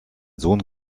sohn